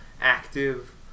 active